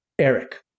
Eric